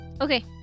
okay